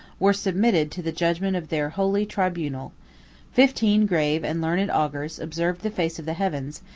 were submitted to the judgment of their holy tribunal fifteen grave and learned augurs observed the face of the heavens,